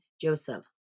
Joseph